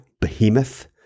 behemoth